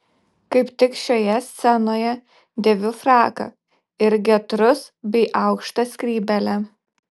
kaip tik šioje scenoje dėviu fraką ir getrus bei aukštą skrybėlę